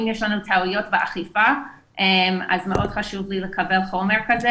יש לנו טעויות באכיפה אז מאוד חשוב לי לקבל חומר כזה,